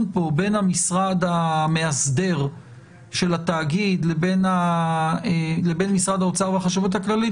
כאן בין המשרד המאסדר של התאגיד לבין משרד האוצר והחשבות הכללית,